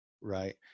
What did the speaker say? Right